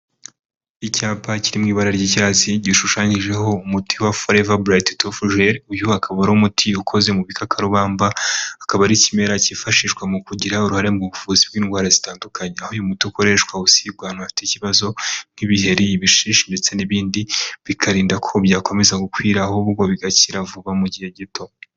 cyapa kiri mu ibara ry'icyatsi gishushanyijeho umuti wa farevar bright toothgel, uyu akaba ari umuti ukoze mu bikakarubamba, akaba ari ikimera cyifashishwa mu kugira uruhare mu buvuzi bw'indwara zitandukanye. Aho uyu muti ukoreshwa usigwaana hafite ikibazo nk'ibiheri, ibishishi, ndetse n'ibindi, bikarinda ko byakomeza gukwira ahubwo bigakira vuba mu gihe gito.